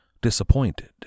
disappointed